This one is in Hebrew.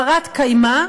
בת-קיימא,